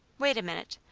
wait a minute!